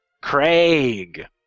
Craig